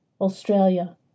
Australia